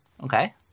Okay